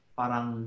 parang